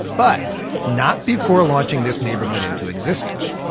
but not before launching this neighborhood into existence.